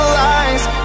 lies